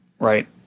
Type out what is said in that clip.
Right